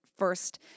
first